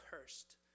cursed